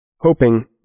Hoping